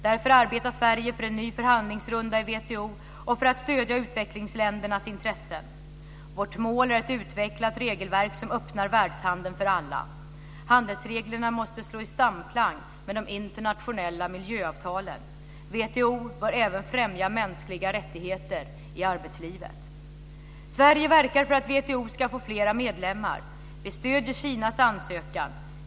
Därför arbetar Sverige för en ny förhandlingsrunda i WTO och för att stödja utvecklingsländernas intressen. Vårt mål är ett utvecklat regelverk som öppnar världshandeln för alla. Handelsreglerna måste stå i samklang med de internationella miljöavtalen. WTO bör även främja mänskliga rättigheter i arbetslivet. Sverige verkar för att WTO ska få flera medlemmar. Vi stöder Kinas ansökan.